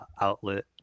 outlet